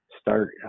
start